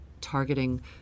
targeting